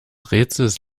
rätsels